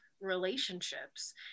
relationships